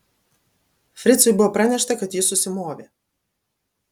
fricui buvo pranešta kad jis susimovė